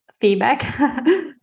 Feedback